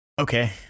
Okay